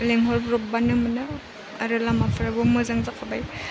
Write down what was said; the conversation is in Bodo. लेंहरब्र'बबानो मोनो आरो लामाफोराबो मोजां जाखाबाय